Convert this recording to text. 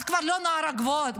את כבר לא נוער הגבעות,